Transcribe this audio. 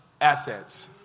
Assets